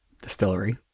distillery